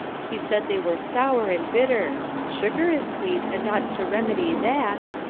he said they were sour and bitter sugar is sweet and ought to remedy that.